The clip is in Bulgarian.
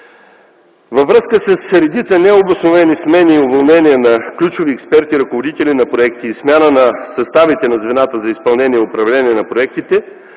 Във връзка с редица необосновани смени и уволнения на ключови експерти, ръководители на проекти и смяна на съставите на звената за изпълнение и управление на проектите,